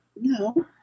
no